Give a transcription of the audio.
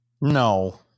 No